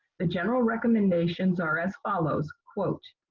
the general recommendations are as follows, quote,